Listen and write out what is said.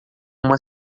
uma